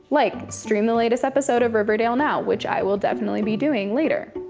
like stream the latest episode of riverdale now, which i will definitely be doing later.